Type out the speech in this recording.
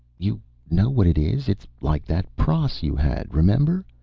you know what it is? it's like that pross you had, remember?